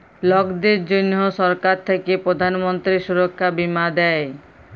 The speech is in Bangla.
লকদের জনহ সরকার থাক্যে প্রধান মন্ত্রী সুরক্ষা বীমা দেয়